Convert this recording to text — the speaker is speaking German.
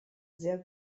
sehr